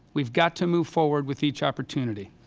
we have got to move forward with each opportunity.